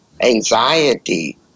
anxiety